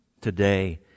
today